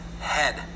head